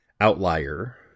outlier